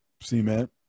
cement